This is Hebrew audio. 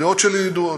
הדעות שלי ידועות,